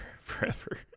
forever